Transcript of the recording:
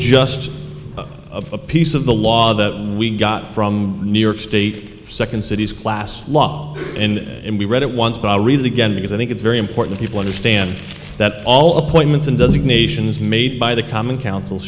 just a piece of the law that we got from new york state second city's classed law in it and we read it once but i'll read it again because i think it's very important people understand that all appointments and dozen nations made by the common council